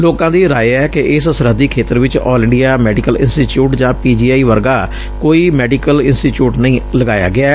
ਲੋਕਾ ਦੀ ਰਾਏ ਐ ਕਿ ਇਸ ਸਰਹੱਦੀ ਖੇਤਰ ਵਿਚ ਆਲ ਇੰਡੀਅ ਮੈਡੀਕਲ ਇੰਸਟੀਚਿਉਟ ਜਾ ਪੀ ਜੀ ਆਈ ਵਰਗਾ ਕੋਈ ਮੈਡੀਕਲ ਇੰਸਟੀਚਿਉਟ ਨਹੀ ਲਾਇਆ ਗਿਐ